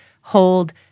hold